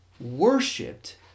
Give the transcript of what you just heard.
worshipped